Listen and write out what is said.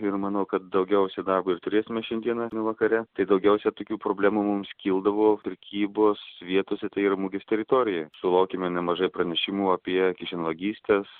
ir manau kad daugiausiai darbo ir turėsime šiandieną vakare tai daugiausia tokių problemų mums kildavo prekybos vietose tai yra mugės teritorijoj sulaukiame nemažai pranešimų apie kišenvagystes